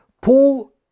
Paul